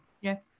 Yes